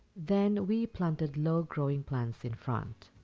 then we planted low growing plants in front.